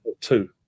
Two